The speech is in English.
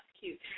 cute